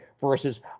versus